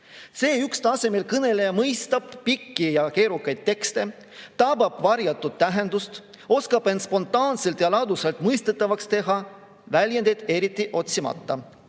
C1‑tasemel kõneleja mõistab pikki ja keerukaid tekste, tabab varjatud tähendust, oskab end spontaanselt ja ladusalt mõistetavaks teha väljendeid eriti otsimata,